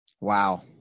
Wow